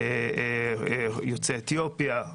יוצאי אתיופיה.